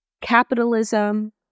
Capitalism